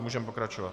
Můžeme pokračovat.